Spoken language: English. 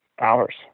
hours